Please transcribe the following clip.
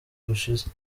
gushize